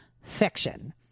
fiction